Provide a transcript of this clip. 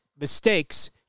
mistakes